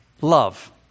Love